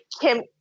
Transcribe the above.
Kim